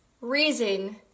reason